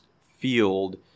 field